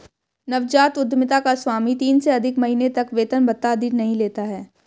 नवजात उधमिता का स्वामी तीन से अधिक महीने तक वेतन भत्ता आदि नहीं लेता है